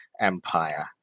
empire